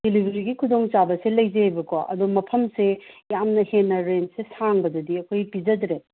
ꯗꯦꯂꯤꯕꯔꯤꯒꯤ ꯈꯨꯗꯣꯡꯆꯥꯕꯁꯦ ꯂꯩꯖꯩꯌꯦꯕꯀꯣ ꯑꯗꯣ ꯃꯐꯝꯁꯦ ꯌꯥꯝꯅ ꯍꯦꯟꯅ ꯔꯦꯟꯁꯁꯦ ꯁꯥꯡꯕꯗꯗꯤ ꯑꯩꯈꯣꯏ ꯄꯤꯖꯗꯔꯦ